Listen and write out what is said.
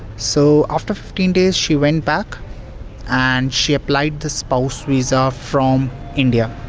so after fifteen days she went back and she applied the spouse visa from india.